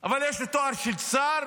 יש לו תואר של שר,